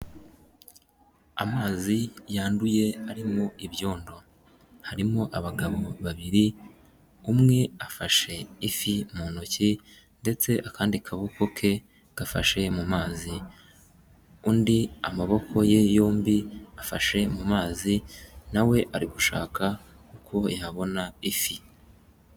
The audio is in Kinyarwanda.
Amazi yanduye arimo ibyondo, harimo abagabo babiri, umwe afashe ifi mu ntoki ndetse akandi kaboko ke gafashe mu mazi, undi amaboko ye yombi afashe mu mazi na we ari gushaka uko yabona ifi.